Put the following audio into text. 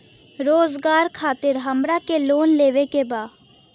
रोजगार खातीर हमरा के लोन लेवे के बा?